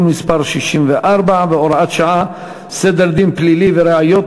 מס' 64 והוראת שעה) (סדר דין פלילי וראיות),